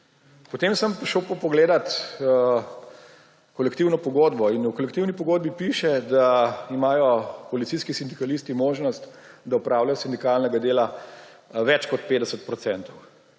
Potem sem šel pa pogledat kolektivno pogodbo. In v kolektivni pogodbi piše, da imajo policijski sindikalisti možnost, da opravijo sindikalnega dela več kot 50